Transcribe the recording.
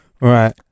Right